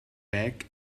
beck